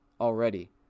already